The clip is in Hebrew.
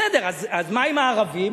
בסדר, אז מה עם הערבים?